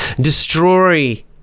Destroy